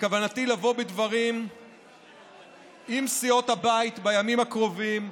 בכוונתי לבוא בדברים עם סיעות הבית בימים הקרובים,